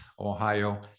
Ohio